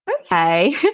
okay